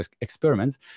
experiments